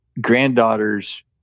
granddaughter's